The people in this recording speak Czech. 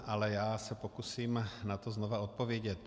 Ale já se pokusím na to znova odpovědět.